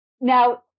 Now